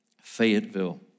Fayetteville